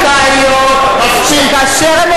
שאם את היית